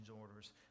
orders